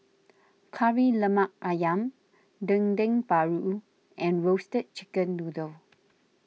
Kari Lemak Ayam Dendeng Paru and Roasted Chicken Noodle